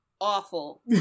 awful